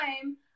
time